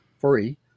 free